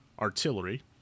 artillery